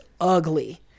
ugly